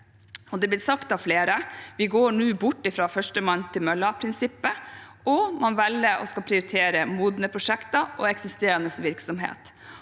har blitt sagt av flere at vi nå går bort fra førstemann til mølla-prinsippet, og man velger, og skal prioritere, modne prosjekter og eksisterende virksomhet.